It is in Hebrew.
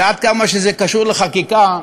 וככל שזה קשור לחקיקה,